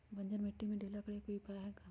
बंजर मिट्टी के ढीला करेके कोई उपाय है का?